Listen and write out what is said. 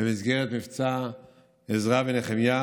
במסגרת מבצע עזרא ונחמיה,